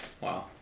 Wow